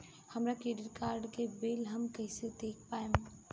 हमरा credit card के bill हम कइसे देख पाएम?